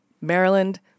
Maryland